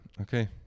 okay